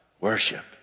Worship